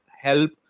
help